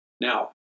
Now